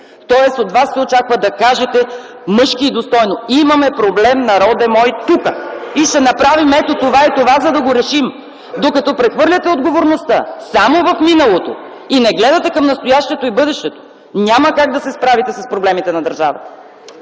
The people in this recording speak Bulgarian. Тоест от вас се очаква да кажете мъжки и достойно: имаме проблем, народе мой, тук и ще направим ето това и това, за да го решим. Докато прехвърляте отговорността само в миналото и не гледате към настоящето и бъдещето, няма как да се справите с проблемите на държавата!